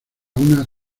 una